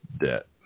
debt